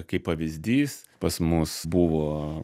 kaip pavyzdys pas mus buvo